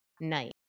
night